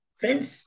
friends